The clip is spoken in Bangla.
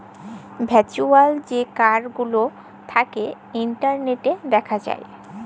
ভার্চুয়াল যে কাড় গুলা থ্যাকে ইলটারলেটে দ্যাখা যায়